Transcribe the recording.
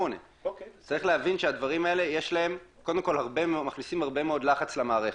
8. צריך להבין שהדברים האלה קודם כל מכניסים הרבה מאוד לחץ למערכת.